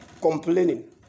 complaining